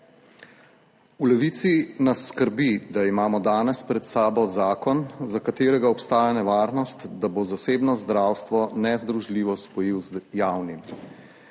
V Levici nas skrbi, da imamo danes pred sabo zakon, za katerega obstaja nevarnost, da bo zasebno zdravstvo nezdružljivo spojil z javnim.